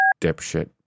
dipshit